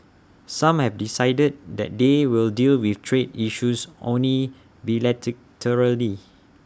some have decided that they will deal with trade issues only